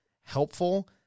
helpful